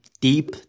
deep